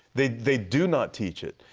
they they do not teach it.